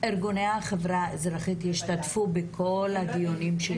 ארגוני החברה האזרחית ישתתפו בכל הדיונים?